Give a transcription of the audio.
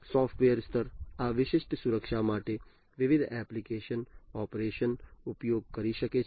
software સ્તર આ વિશિષ્ટ સુરક્ષા માટે વિવિધ એપ્લિકેશન ઓપરેશન ઉપયોગ કરી શકે છે